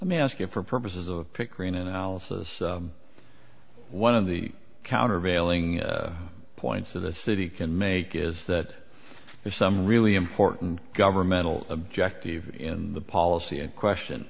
let me ask you for purposes of pickering analysis one of the countervailing points of the city can make is that there's some really important governmental objective in the policy in question